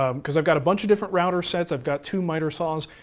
um because i've got a bunch of different router sets, i've got two miter saws,